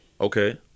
Okay